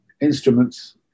instruments